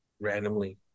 randomly